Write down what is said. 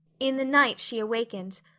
in the night she awakened,